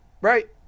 Right